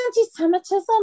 anti-Semitism